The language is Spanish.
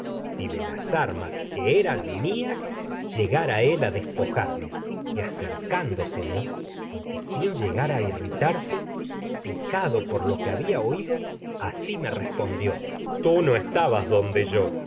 si de las armas que eran mías llegara llegar a él a despejarme y acercándoseme aunque sin irritarse picado por lo que había tú bas no oído asi me respondió ausente ya estabas donde yo